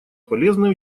полезное